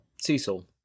Cecil